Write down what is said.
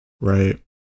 right